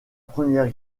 première